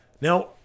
Now